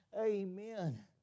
Amen